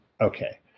Okay